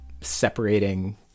separating